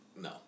No